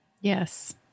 yes